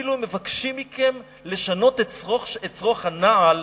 אפילו מבקשים מכם לשנות את שרוך הנעל,